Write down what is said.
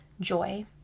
joy